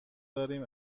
داریم